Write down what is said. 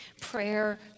Prayer